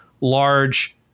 large